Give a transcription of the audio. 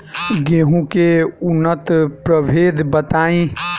गेंहू के उन्नत प्रभेद बताई?